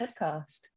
podcast